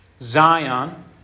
Zion